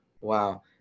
wow